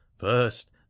First